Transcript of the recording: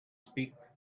speak